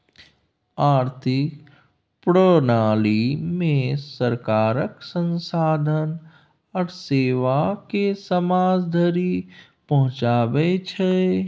आर्थिक प्रणालीमे सरकार संसाधन आ सेवाकेँ समाज धरि पहुंचाबै छै